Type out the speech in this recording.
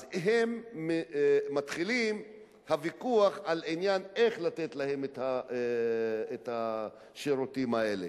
אז הם מתחילים עם הוויכוח איך לתת להם את השירותים האלה.